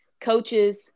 coaches